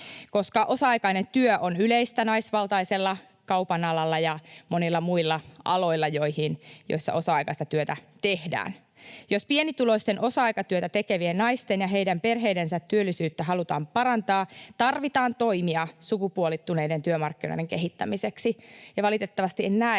koska osa-aikainen työ on yleistä naisvaltaisella kaupan alalla ja monilla muilla aloilla, joissa osa-aikaista työtä tehdään. Jos pienituloisten osa-aikatyötä tekevien naisten ja heidän perheidensä työllisyyttä halutaan parantaa, tarvitaan toimia sukupuolittuneiden työmarkkinoiden kehittämiseksi. Valitettavasti en näe